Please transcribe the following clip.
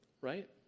Right